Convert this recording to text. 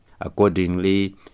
Accordingly